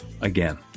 Again